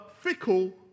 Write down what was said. fickle